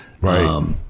Right